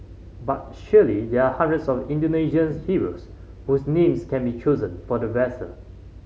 but surely there are hundreds of Indonesians heroes whose names can be chosen for the vessel